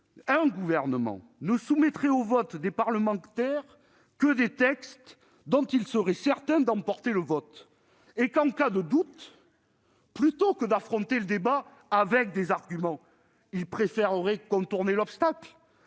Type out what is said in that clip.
gouvernement ne soumette au vote des parlementaires que des textes dont il serait certain d'emporter l'adoption et que, en cas de doute, plutôt que d'affronter le débat avec des arguments, il préfère contourner l'obstacle.